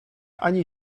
ani